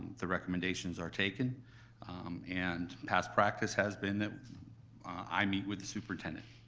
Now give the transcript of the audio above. the recommendations are taken and past practice has been that i meet with the superintendent.